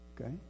Okay